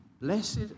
Blessed